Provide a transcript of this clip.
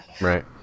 Right